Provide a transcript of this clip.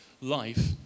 life